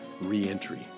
re-entry